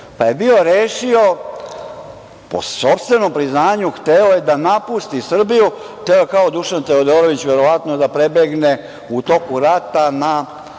pa je bio rešio, po sopstvenom priznanju, hteo je da napusti Srbiju, hteo je kao Dušan Teodorović verovatno da prebegne u toku rata na